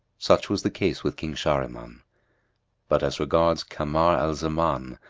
such was the case with king shahriman but as regards kamar al zaman,